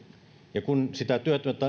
ja kun sitä